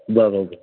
बराबरि